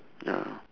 ya